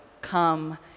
come